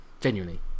genuinely